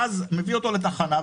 ואז מביא אותו לתחנה,